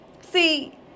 See